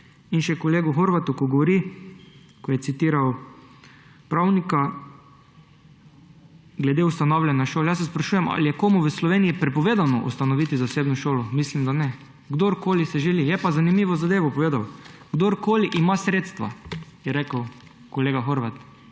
In še kolegu Horvatu, ki je citiral pravnika glede ustanavljanja šol. Jaz se sprašujem, ali je komu v Sloveniji prepovedano ustanoviti zasebno šolo. Mislim, da ne. Kdorkoli si želi. Je pa zanimivo zadevo povedal, kdorkoli ima sredstva, je rekel kolega Horvat.